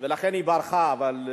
ועדת סיוע לעולים חדשים),